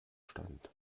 stand